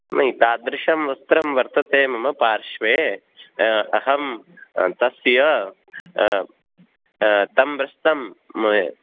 नै तादृशं वस्त्रं वर्तते मम पार्श्वे अहं तस्य तं वस्त्रं